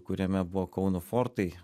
kuriame buvo kauno fortai